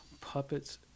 puppets